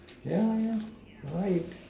yeah yeah why